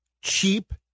cheap